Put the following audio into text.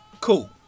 Cool